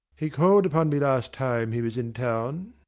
he called upon me last time he was in town.